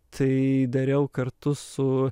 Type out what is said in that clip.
tai dariau kartu su